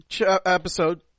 episode